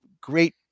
great